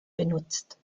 benutzt